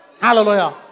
Hallelujah